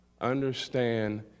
Understand